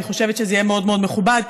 אני חושבת שזה יהיה מאוד מאוד מאוד מכובד.